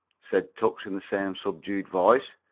said tucks in the same subdued voice.